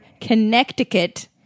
Connecticut